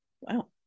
wow